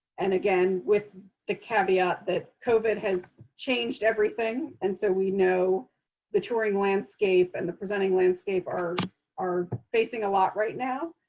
and again, with the caveat that covid has changed everything. and so we know the touring landscape and the presenting landscape are are facing a lot right now.